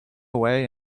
away